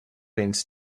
have